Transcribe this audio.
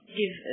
give